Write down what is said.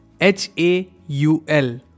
H-A-U-L